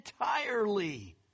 entirely